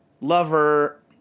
lover